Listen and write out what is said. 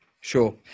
sure